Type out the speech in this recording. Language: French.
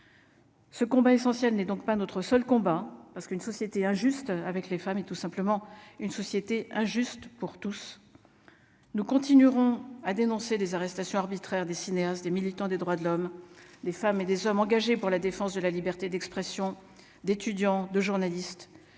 Ce combat essentiel n'est donc pas notre seul combat parce qu'une société injuste avec les femmes, et tout simplement une société injuste pour tous, nous continuerons à dénoncer des arrestations arbitraires, des cinéastes, des militants des droits de l'homme, des femmes et des hommes engagés pour la défense de la liberté d'expression, d'étudiants, de journalistes,